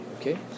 okay